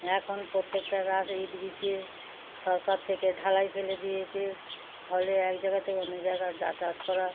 এখন প্রত্যেকটা রাস্তায় ইট বিছিয়ে সরকার থেকে ঢালাই ফেলে দিয়েছে ফলে এক জায়গার থেকে অন্য জায়গায় যাতায়াত করা